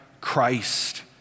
Christ